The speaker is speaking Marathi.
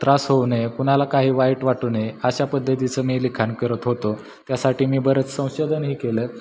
त्रास होऊ नये कुणाला काही वाईट वाटू नये अशा पद्धतीचं मी लिखाण करत होतो त्यासाठी मी बरेच संशोधनही केलं